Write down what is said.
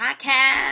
podcast